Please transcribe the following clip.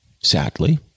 sadly